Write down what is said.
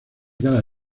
cada